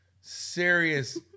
serious